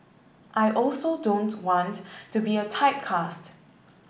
I also don't want to be a typecast